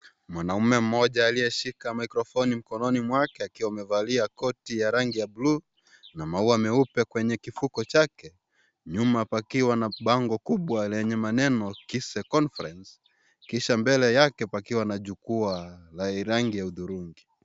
Mwannaume mmoja alieshika michropne mkononi mwake akiwa amevalia koti ya rangi ya bluu, na mau meupe kwenye kifuko chake nyuma pakiwa na bango kubwa lenye maneno kise confrece kisha mbele yake pakiwa na jukwa lenye rangi ya hudhurungi.